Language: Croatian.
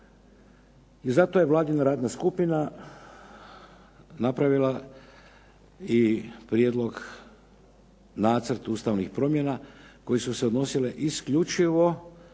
I zato je vladina radna skupina napravila i prijedlog nacrta ustavnih promjena koje su se odnosile isključivo